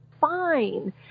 fine